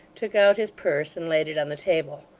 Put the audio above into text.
took out his purse, and laid it on the table.